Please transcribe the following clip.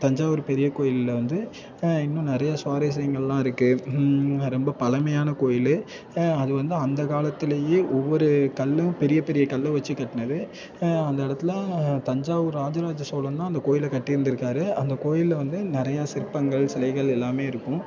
தஞ்சாவூர் பெரிய கோயிலில் வந்து இன்னும் நிறையா சுவாரஸ்யங்களெலாம் இருக்குது ரொம்ப பழமையான கோயில் அது வந்து அந்தக் காலத்திலேயே ஒவ்வொரு கல்லும் பெரிய பெரிய கல்லை வச்சு கட்டினது அந்த இடத்துல தஞ்சாவூர் ராஜ ராஜ சோழன் தான் அந்த கோயிலை கட்டியிருந்துக்காரு அந்த கோயிலில் வந்து நிறையா சிற்பங்கள் சிலைகள் எல்லாமே இருக்கும்